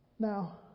Now